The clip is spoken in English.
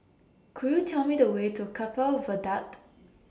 Could YOU Tell Me The Way to Keppel Viaduct